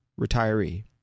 retiree